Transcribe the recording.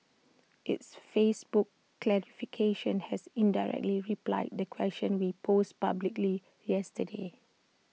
its Facebook clarification has indirectly replied the questions we posed publicly yesterday